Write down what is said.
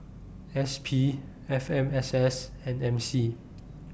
S P F M S S and M C